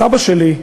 הסבא שלי,